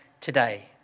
today